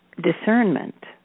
discernment